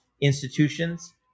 institutions